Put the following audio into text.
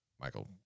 Michael